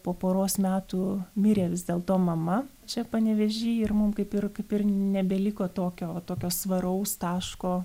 po poros metų mirė vis dėlto mama čia panevėžy ir mum kaip ir kaip ir nebeliko tokio va tokio svaraus taško